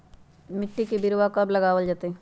मिट्टी में बिरवा कब लगवल जयतई?